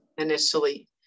initially